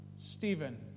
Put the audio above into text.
Stephen